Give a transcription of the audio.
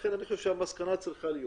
לכן אני חושב שהמסקנה צריכה להיות